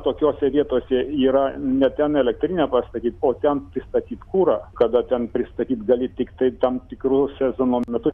tokiose vietose yra ne ten elektrinę pastatyt o ten pristatyt kurą kada ten pristatyt gali tiktai tam tikru sezono metu